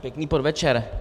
Pěkný podvečer.